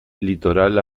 litoral